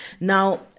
now